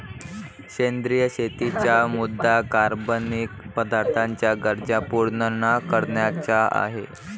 सेंद्रिय शेतीचा मुद्या कार्बनिक पदार्थांच्या गरजा पूर्ण न करण्याचा आहे